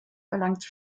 erlangte